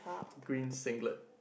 green singlet